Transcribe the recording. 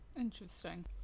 Interesting